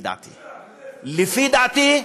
לפי דעתי.